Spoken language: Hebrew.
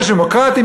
יש דמוקרטים,